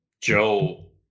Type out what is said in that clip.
Joe